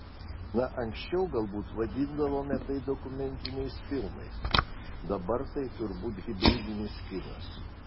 na anksčiau galbūt vadindavome tai dokumentiniais filmais dabar tai turbūt hibridinis kinas